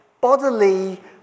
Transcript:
bodily